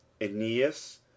aeneas